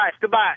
Goodbye